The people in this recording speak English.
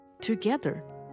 Together